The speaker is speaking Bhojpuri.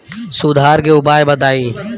सुधार के उपाय बताई?